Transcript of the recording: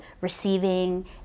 receiving